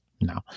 no